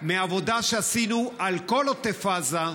מעבודה שעשינו על כל עוטף עזה,